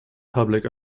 public